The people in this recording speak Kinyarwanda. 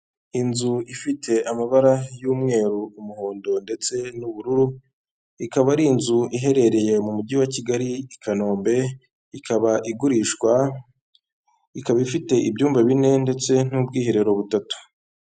Inzu ifite amabara y'umweru, umuhondo ndetse n'ubururu, ikaba ari inzu iherereye mu Mujyi wa Kigali i Kanombe, ikaba igurishwa, ikaba ifite ibyumba bine ndetse n'ubwiherero butatu.